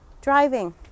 Driving